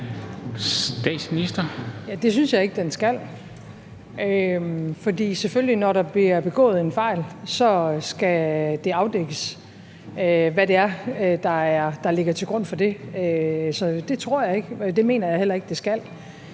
Frederiksen): Det synes jeg ikke den skal. For selvfølgelig skal det, når der bliver begået en fejl, afdækkes, hvad det er, der ligger til grund for det. Så det tror jeg ikke, og det mener jeg heller ikke det skal.